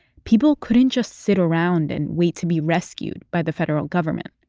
people couldn't just sit around and wait to be rescued by the federal government.